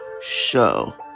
show